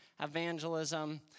evangelism